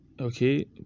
okay